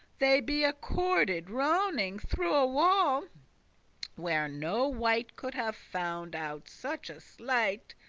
they be accorded, rowning through a wall where no wight could have found out such a sleight.